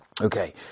Okay